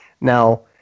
now